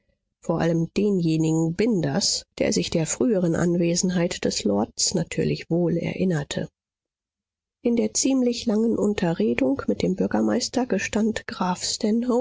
vor allem denjenigen binders der sich der früheren anwesenheit des lords natürlich wohl erinnerte in der ziemlich langen unterredung mit dem bürgermeister gestand